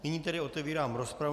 Nyní tedy otevírám rozpravu.